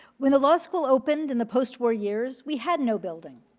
when the law school opened in the post-war years, we had no building.